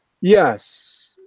Yes